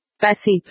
Passive